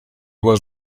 was